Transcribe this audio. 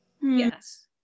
Yes